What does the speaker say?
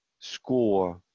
score